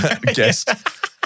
guest